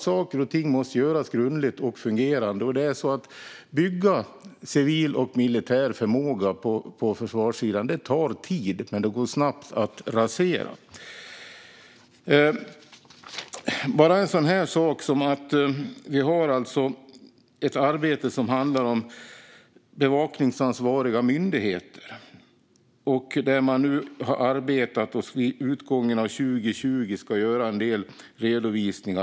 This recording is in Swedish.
Saker och ting måste göras grundligt och fungerande, och att bygga civil och militär förmåga på försvarssidan tar tid. Det går dock snabbt att rasera. Ta bara en sådan sak som att vi har ett arbete som handlar om bevakningsansvariga myndigheter, där man nu har arbetat och vid utgången av 2020 ska göra en del redovisningar.